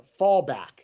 fallback